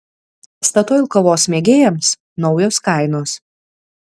statoil kavos mėgėjams naujos kainos